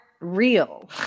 real